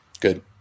Good